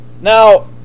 Now